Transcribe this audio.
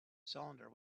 cylinder